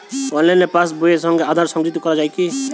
অনলাইনে পাশ বইয়ের সঙ্গে আধার সংযুক্তি করা যায় কি?